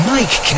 Mike